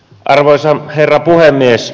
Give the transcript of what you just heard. arvoisa herra puhemies